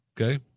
Okay